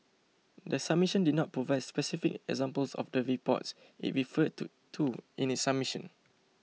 the submission did not provide specific examples of the reports it referred to to in its submission